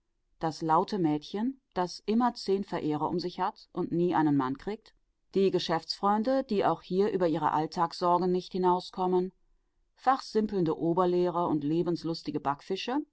das laute mädchen das immer zehn verehrer um sich hat und nie einen mann kriegt die geschäftsfreunde die auch hier über ihre alltagssorgen nicht hinauskommen fachsimpelnde oberlehrer und lebenslustige